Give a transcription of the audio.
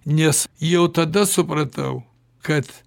nes jau tada supratau kad